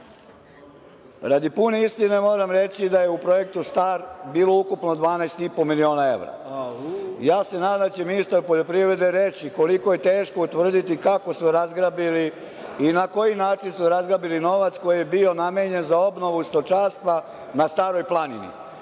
pune istine moram reći da je u projektu STAR bilo ukupno 12,5 miliona evra. Ja se nadam da će ministar poljoprivrede reći koliko je teško utvrditi kako su razgrabili i na koji način su razgrabili novac koji je bio namenjen za obnovu stočarstva na Staroj planini.